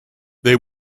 they